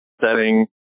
setting